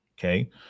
Okay